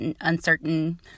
uncertain